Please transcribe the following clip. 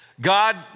God